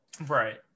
Right